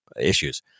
issues